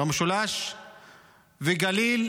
במשולש ובגליל